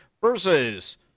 versus